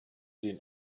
den